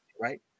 right